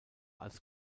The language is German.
als